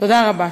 תודה רבה.